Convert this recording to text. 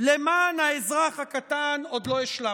למען האזרח הקטן עוד לא השלמתם.